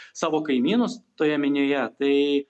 savo kaimynus toje minioje tai